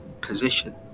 position